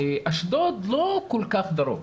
אשדוד זה לא כל כך דרום.